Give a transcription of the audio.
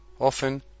Often